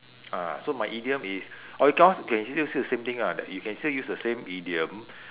ah so my idiom is !oi! cause can still use the same thing lah that you can still use the same idiom